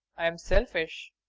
i'm selfish.